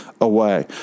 away